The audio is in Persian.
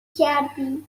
کردی